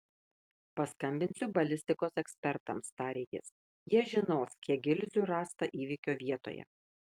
paskambinsiu balistikos ekspertams tarė jis jie žinos kiek gilzių rasta įvykio vietoje